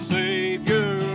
Savior